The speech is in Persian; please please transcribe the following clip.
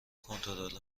کنترل